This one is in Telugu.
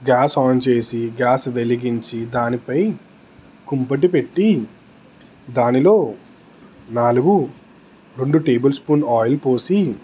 గ్యాస్ ఆన్ చేసి గ్యాస్ వెలిగించి దానిపై కుంపటి పెట్టి దానిలో నాలుగు రెండు టేబుల్స్పూన్ ఆయిల్ పోసి